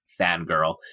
fangirl